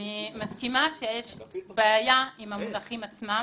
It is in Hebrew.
אני מסכימה שיש בעיה עם המונחים עצמם.